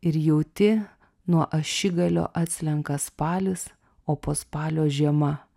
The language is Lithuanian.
ir jauti nuo ašigalio atslenka spalis o po spalio žiema